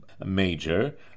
Major